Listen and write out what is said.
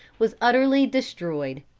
was utterly destroyed.